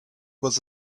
was